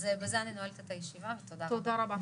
אז בזה אני נועלת את הישיבה, ותודה רבה.